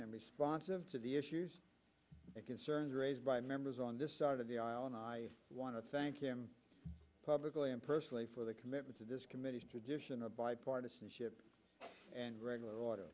him responsive to the issues and concerns raised by members on this side of the aisle and i want to thank him publicly and personally for the commitment to this committee's tradition of bipartisanship and regular